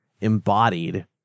embodied